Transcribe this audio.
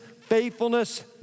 faithfulness